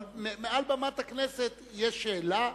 אבל מעל במת הכנסת יש שאלה,